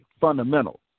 fundamental